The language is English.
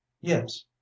yes